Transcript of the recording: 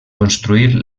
construir